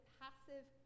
passive